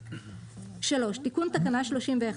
תיקון תקנה 31